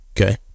Okay